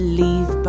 leave